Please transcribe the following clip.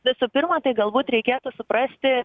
visų pirma tai galbūt reikėtų suprasti